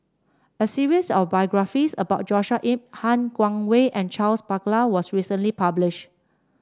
a series of biographies about Joshua Ip Han Guangwei and Charles Paglar was recently published